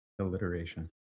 alliteration